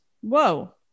Whoa